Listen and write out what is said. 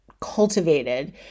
cultivated